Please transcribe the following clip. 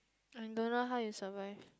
I don't know how you survive